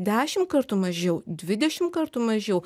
dešimt kartų mažiau dvidešimt kartų mažiau